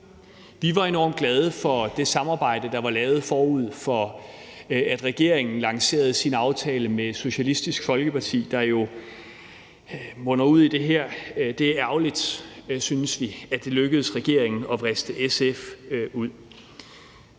Vi var enormt glade for det samarbejde, der var lavet, forud for at regeringen lancerede sin aftale med Socialistisk Folkeparti, der jo munder ud i det her. Det er ærgerligt, synes vi, at det lykkedes regeringen at vriste SF ud.